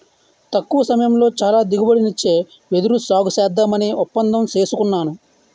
తక్కువ సమయంలో చాలా దిగుబడినిచ్చే వెదురు సాగుసేద్దామని ఒప్పందం సేసుకున్నాను